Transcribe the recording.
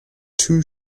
two